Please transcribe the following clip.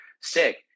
sick